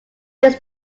this